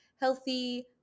healthy